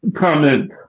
comment